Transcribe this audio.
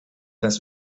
das